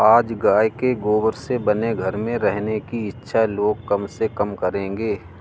आज गाय के गोबर से बने घर में रहने की इच्छा लोग कम से कम करेंगे